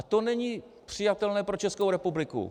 A to není přijatelné pro Českou republiku.